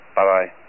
Bye-bye